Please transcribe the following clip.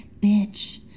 bitch